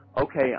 okay